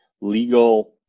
legal